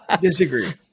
disagree